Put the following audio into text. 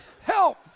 Help